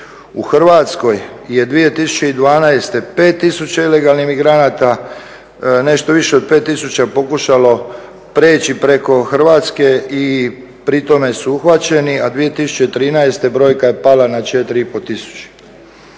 U Hrvatskoj je 2012. 5 tisuća ilegalnih imigranata, nešto više od 5 tisuća pokušalo prijeći preko Hrvatske i pri tome su uhvaćeni, a 2013.brojka je pala na 4,5